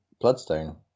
Bloodstone